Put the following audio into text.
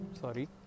sorry